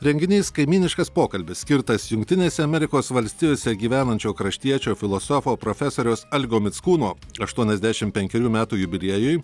renginys kaimyniškas pokalbis skirtas jungtinėse amerikos valstijose gyvenančio kraštiečio filosofo profesoriaus algio mickūno aštuoniasdešimt penkerių metų jubiliejui